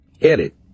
Edit